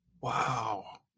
Wow